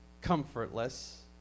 comfortless